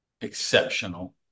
exceptional